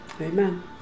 Amen